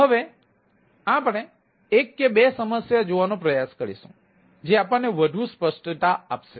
હવે આપણે એક કે બે સમસ્યાઓ જોવાનો પ્રયાસ કરીશું જે આપણને વધુ સ્પષ્ટતા આપશે